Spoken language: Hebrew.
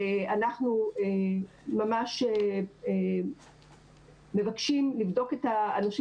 אנחנו ממש מבקשים לבדוק את האנשים